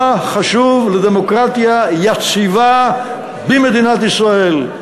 מה חשוב לדמוקרטיה יציבה במדינת ישראל.